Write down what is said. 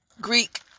Greek